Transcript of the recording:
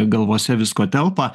galvose visko telpa